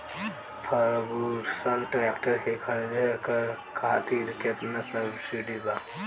Ferguson tractor के खरीद करे खातिर केतना सब्सिडी बा?